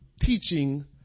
teaching